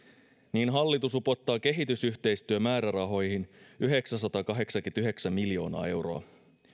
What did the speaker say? hallitus upottaa kehitysyhteistyömäärärahoihin yhdeksänsataakahdeksankymmentäyhdeksän miljoonaa euroa